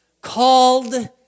Called